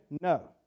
no